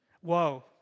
Whoa